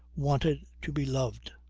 wanted to be loved.